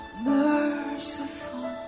merciful